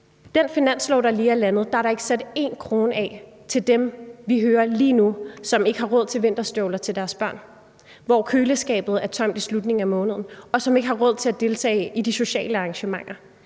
den finanslov, der lige er landet, er der ikke sat én krone af til dem, vi hører lige nu ikke har råd til vinterstøvler til deres børn, hvis køleskab er tomt i slutningen af måneden, og hvis børn ikke har råd til at deltage i de sociale arrangementer.